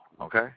okay